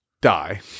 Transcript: die